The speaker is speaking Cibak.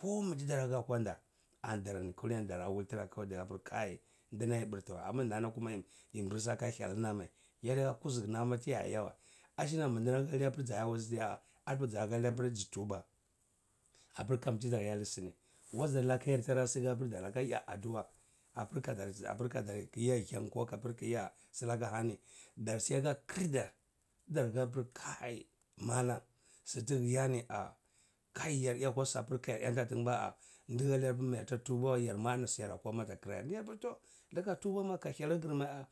kami tdlara ha akwanda andarni kulini dara wul tra kowai dara pr kai ndi ayi brtwa amma nana kuma yini yimbrsa ki thyalna mai yadi yake kuzurna mai tiya eja wae ashna mandri hali hapri zany wul stiyaha arpa za halai afr etuba apr kami tza iyali sini wazr laka yar tyra si hapr daraka eya aduwa apr kaza api kigi aja hgyan koapr kigi eya slake ani dar si aka kr dar tdnr hapr kai mallam stg again ar kai yar aya apr kyayar hgyantatinae baa r ndhalayar apr mayar ta tubawar ya ma ani siyar ata kama akayar ndyaga tri ndka tuba ma ka thyal br gr ma ai.